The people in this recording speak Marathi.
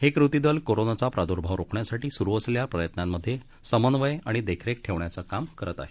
हे कृतीदल कोरनाचा प्रादूर्माव रोखण्यासाठी सुरु असलेल्या प्रयत्नांमध्ये समन्वय आणि देखरेख ठेवण्याचं काम करत आहे